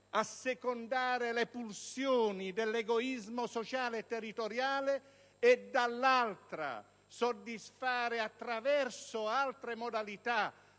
assecondare le pulsioni dell'egoismo sociale e territoriale e, dall'altra, soddisfare attraverso altre modalità